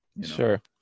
sure